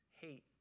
Hate